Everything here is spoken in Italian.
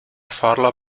farla